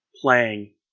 playing